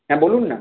হ্যাঁ বলুন না